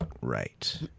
right